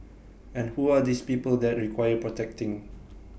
and who are these people that require protecting